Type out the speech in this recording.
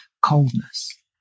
coldness